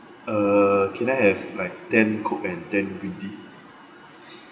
uh can I have like ten coke and ten green tea